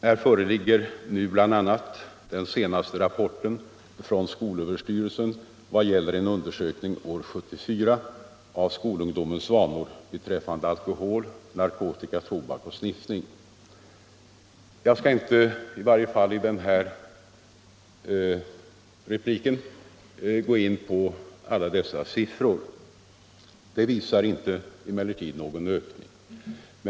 Här föreligger nu bl.a. den senaste rapporten från skolöverstyrelsen vad gäller en undersökning år 1974 av skolungdomens vanor beträffande alkohol, narkotika, tobak och sniffning. Jag skall inte — i varje fall inte i det här anförandet — gå in på dessa siffror, de visar emellertid inte någon ökning av narkotikamissbruket, snarare tvärtom.